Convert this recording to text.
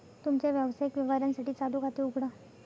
तुमच्या व्यावसायिक व्यवहारांसाठी चालू खाते उघडा